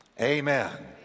Amen